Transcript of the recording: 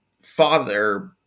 father